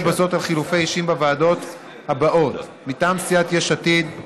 אבקש להודיע בזאת על חילופי אישים בוועדות הכנסת מטעם סיעת יש עתיד.